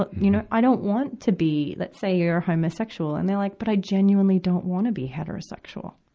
but you know. i don't want to be let's say you're a homosexual, and they're like, but i genuinely don't want to be heterosexual,